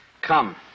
Come